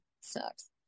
sucks